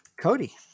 Cody